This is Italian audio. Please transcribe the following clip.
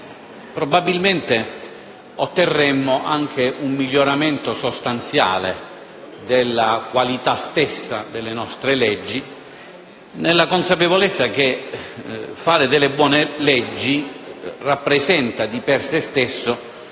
probabilmente otterremmo un miglioramento sostanziale della qualità stessa delle nostre leggi, nella consapevolezza che fare delle buone leggi rappresenta di per se stesso